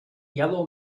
yellow